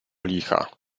licha